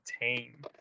team